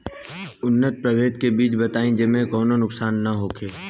उन्नत प्रभेद के बीज बताई जेसे कौनो नुकसान न होखे?